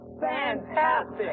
Fantastic